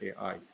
AI